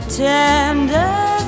tender